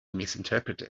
misinterpreted